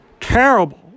terrible